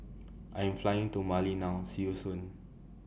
I'm Flying to Mali now See YOU Soon